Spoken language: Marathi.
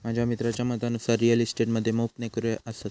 माझ्या मित्राच्या मतानुसार रिअल इस्टेट मध्ये मोप नोकर्यो हत